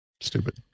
Stupid